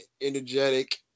Energetic